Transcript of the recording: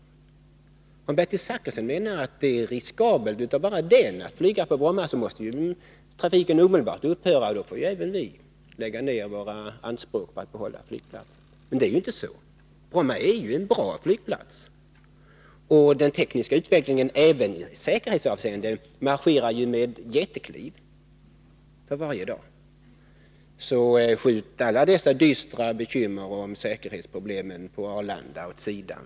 Om det är så som Bertil Zachrisson menar, att det är riskabelt av bara den att flyga på Bromma, måste ju trafiken där omedelbart upphöra, och då får naturligtvis även vi lägga ner våra anspråk på att behålla flygplatsen. Men det är inte så. Bromma är en bra flygplats, och den tekniska utvecklingen marscherar även i säkerhetsavseende med jättekliv för varje dag. Skjut därför alla dessa dystra bekymmer om säkerhetsproblemen på Bromma åt sidan!